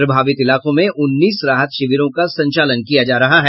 प्रभावित इलाकों में उन्नीस राहत शिविरों का संचालन किया जा रहा है